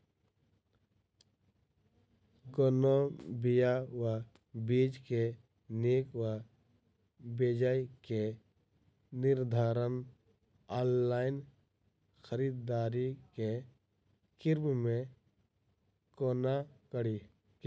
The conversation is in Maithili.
कोनों बीया वा बीज केँ नीक वा बेजाय केँ निर्धारण ऑनलाइन खरीददारी केँ क्रम मे कोना कड़ी?